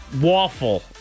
Waffle